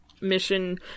mission